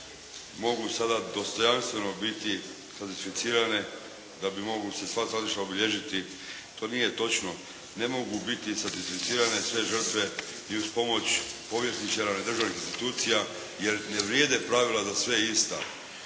mogu sada dostojanstveno biti satisficirane da bi mogla se sva stratišta obilježiti. To nije točno. Ne mogu biti satisficirane sve žrtve i uz pomoć povjesničara i državnih institucija jer ne vrijede pravila za sve ista.